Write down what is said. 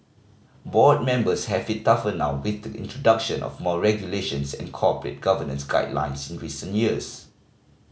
board members have it tougher now with the introduction of more regulations and corporate governance guidelines in recent years